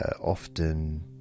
often